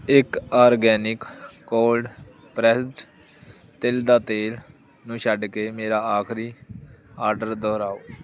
ਇੱਕ organic cold pressed ਤਿਲ ਦਾ ਤੇਲ ਨੂੰ ਛੱਡ ਕੇ ਮੇਰਾ ਆਖਰੀ ਆਰਡਰ ਦੁਹਰਾਓ